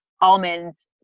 almonds